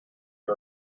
you